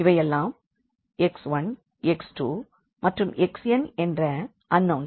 இவையல்லாம் x1 x2 மற்றும் xn என்ற unknowns